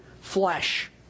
flesh